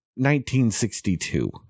1962